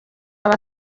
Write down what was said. aba